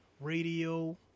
radio